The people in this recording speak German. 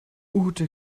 ute